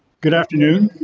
good afternoon.